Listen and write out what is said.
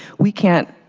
we can't